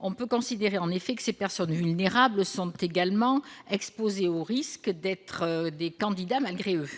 On peut considérer en effet que ces personnes vulnérables sont également exposées au risque de devenir des « candidats malgré eux ».